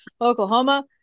Oklahoma